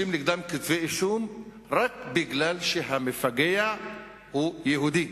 נגדם כתבי אישום רק כי המפגע הוא יהודי,